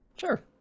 sure